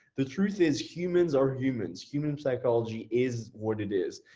the truth is humans are humans, human psychology is what it is.